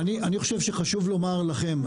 חשוב לומר לכם,